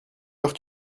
heure